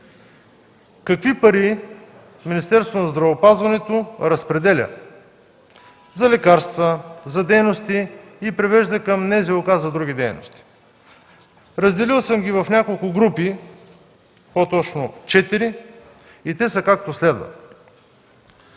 здравеопазването разпределя за лекарства, за дейности и превежда към НЗОК за други дейности. Разделил съм ги в няколко групи, по-точно четири, както следва.